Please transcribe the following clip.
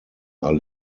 are